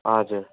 हजुर